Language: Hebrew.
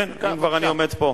כן, אם כבר אני עומד פה.